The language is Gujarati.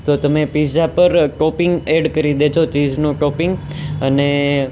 તો તમે પીઝા પર ટૉપિન્ગ એડ કરી દેજો ચીઝનું ટૉપિન્ગ અને